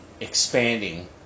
expanding